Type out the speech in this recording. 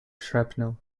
shrapnel